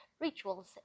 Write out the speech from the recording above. rituals